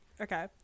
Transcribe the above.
Okay